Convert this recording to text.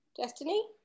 Destiny